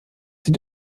sie